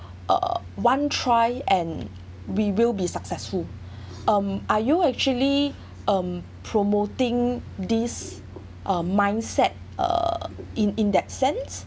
uh one try and we will be successful um are you actually um promoting this um mindset uh in in that sense